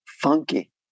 funky